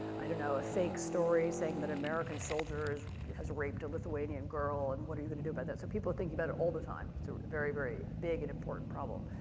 i don't know, a fake story saying that american soldiers has raped a lithuanian girl, and what are you going to do about that? so people are thinking about it all the time, so very, very big and important problem.